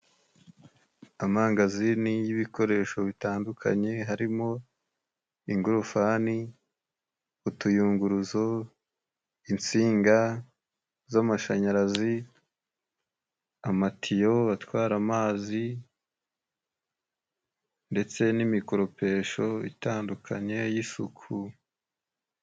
Amangazini y'ibikoresho bitandukanye ,harimo ingorofani ,utuyunguruzo, insinga z'amashanyarazi ,amatiyo atwara, amazi ndetse n'imikoropesho itandukanye y'isuku.